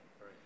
right